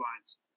lines